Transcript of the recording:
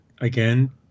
Again